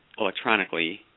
electronically